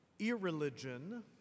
Irreligion